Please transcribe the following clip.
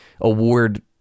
award